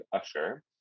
usher